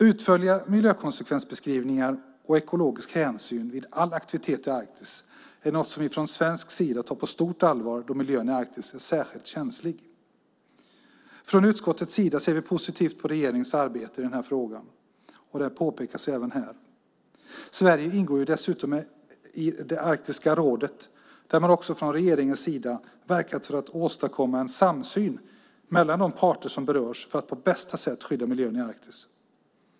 Utförliga miljökonsekvensbeskrivningar och ekologisk hänsyn vid all aktivitet i Arktis är något som vi från svensk sida tar på stort allvar då miljön i Arktis är särskilt känslig. Från utskottets sida ser vi positivt på regeringens arbete i den här frågan och att den påpekas även här. Sverige ingår dessutom i Arktiska rådet där regeringen verkat för att åstadkomma en samsyn mellan de parter som berörs för att på bästa sätt skydda miljön i Arktis.